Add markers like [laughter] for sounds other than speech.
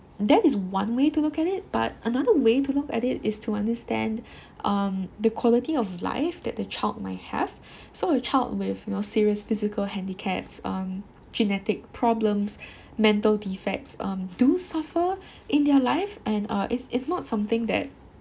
that is one way to look at it but another way to look at it is to understand [breath] um the quality of life that the child might have [breath] so a child with you know with serious physical handicaps um genetic problems [breath] mental defects um do suffer [breath] in their life and uh it's it's not something that